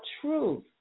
truth